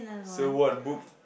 so what book